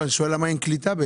אני שואל למה אין קליטה.